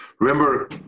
Remember